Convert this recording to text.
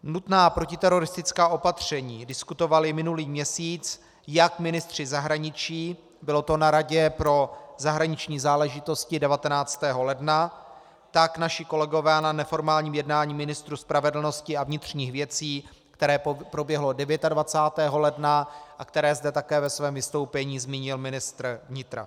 Nutná protiteroristická opatření diskutovali minulý měsíc jak ministři zahraničí, bylo to na Radě pro zahraniční záležitosti 19. ledna, tak naši kolegové na neformálním jednání ministrů spravedlnosti a vnitřních věcí, které proběhlo 29. ledna a které zde také ve svém vystoupení zmínil ministr vnitra.